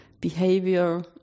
behavior